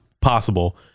possible